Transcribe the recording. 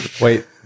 Wait